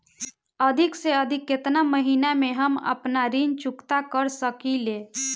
अधिक से अधिक केतना महीना में हम आपन ऋण चुकता कर सकी ले?